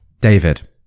david